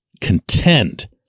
Contend